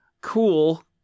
cool